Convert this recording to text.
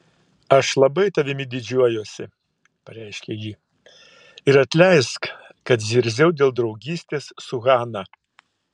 aš labai tavimi didžiuojuosi pareiškė ji ir atleisk kad zirziau dėl draugystės su hana